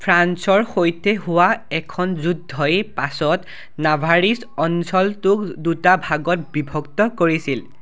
ফ্ৰান্সৰ সৈতে হোৱা এখন যুদ্ধই পাছত নাভাৰিজ অঞ্চলটোক দুটা ভাগত বিভক্ত কৰিছিল